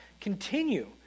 continue